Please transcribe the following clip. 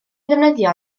ddefnyddio